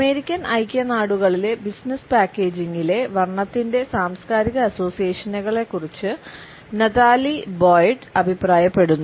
American ഐക്യനാടുകളിലെ business പാക്കേജിംഗിലെ വർണ്ണത്തിന്റെ സാംസ്കാരിക അസോസിയേഷനുകളെക്കുറിച്ച് നതാലി ബോയ്ഡ് അഭിപ്രായപ്പെട്ടു